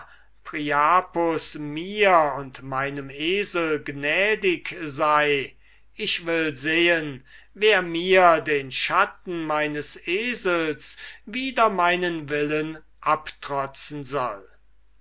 priapus mir und meinem esel gnädig sei ich will sehen wer mir den schatten meines esels wider meinen willen abtrotzen soll